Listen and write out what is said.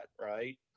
right